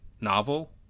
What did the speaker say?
novel